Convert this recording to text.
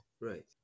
right